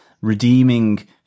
redeeming